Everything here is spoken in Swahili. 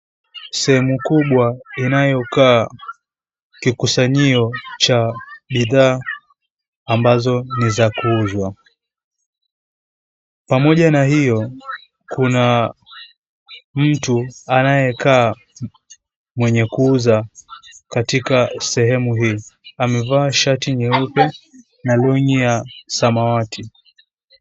Sehemu kubwa inayokaa kikusanyio cha bidhaa ambazo ni za kuuza. Pamoja na hio kuna mtu anayekaa mwenye kuuza katika sehemu hiyo. Amevaa shati nyeupe na long ya samawati.